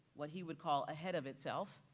what he would call ahead of itself.